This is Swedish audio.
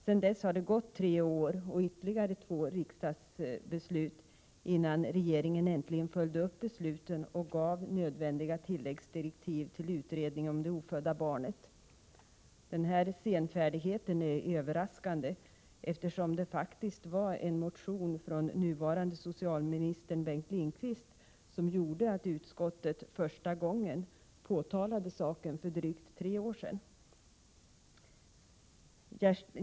Sedan dess har det gått tre år, och ytterligare två riksdagsbeslut hann fattas innan regeringen äntligen följde upp beslutet och gav nödvändiga tilläggsdirektiv till utredningen om det ofödda barnet. Den senfärdigheten är överraskande, eftersom det faktiskt var en motion från nuvarande socialministern Bengt Lindqvist som gjorde att utskottet första gången påtalade saken för drygt tre år sedan.